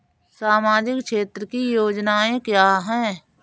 सामाजिक क्षेत्र की योजनाएँ क्या हैं?